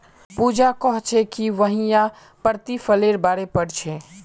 पूजा कोहछे कि वहियं प्रतिफलेर बारे पढ़ छे